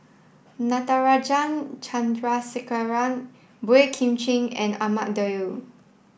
Natarajan Chandrasekaran Boey Kim Cheng and Ahmad Daud